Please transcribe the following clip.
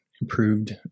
improved